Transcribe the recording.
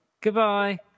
Goodbye